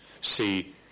see